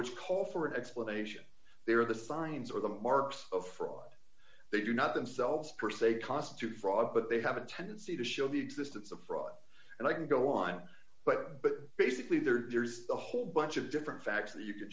which call for an explanation they are the signs or the marks of fraud they do not themselves per se constitute fraud but they have a tendency to show the existence of fraud and i could go on but but basically there's a whole bunch of different facts that you can